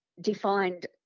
defined